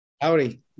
Howdy